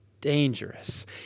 dangerous